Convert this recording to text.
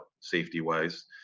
safety-wise